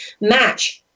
match